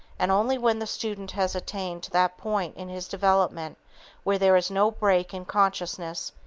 and only when the student has attained to that point in his development where there is no break in consciousness,